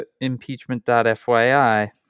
impeachment.fyi